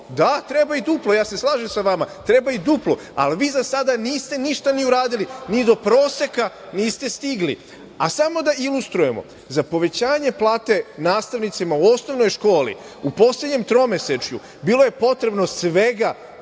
Da, treba i duplo, slažem se sa vama, treba i duplo, ali vi za sada niste ništa ni uradili, ni do proseka niste stigli. Samo da ilustrujemo, za povećanje plate nastavnicima u osnovnoj školi u poslednjem tromesečju bilo je potrebno svega